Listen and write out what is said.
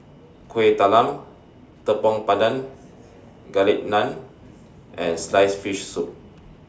Kuih Talam Tepong Pandan Garlic Naan and Sliced Fish Soup